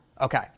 Okay